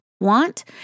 want